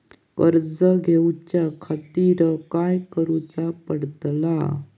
कर्ज घेऊच्या खातीर काय करुचा पडतला?